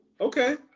okay